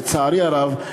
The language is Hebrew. לצערי הרב,